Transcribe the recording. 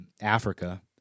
Africa